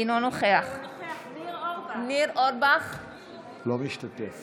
אינו משתתף